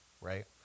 Right